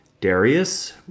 Darius